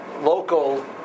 local